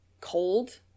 cold